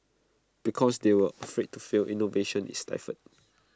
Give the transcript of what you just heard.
because they are afraid to fail innovation is stifled